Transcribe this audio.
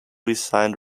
designed